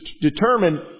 determine